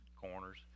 corners